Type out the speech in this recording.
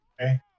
Okay